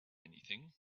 anything